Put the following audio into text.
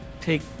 take